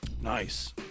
Nice